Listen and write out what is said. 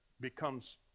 becomes